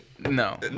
No